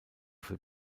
für